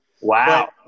Wow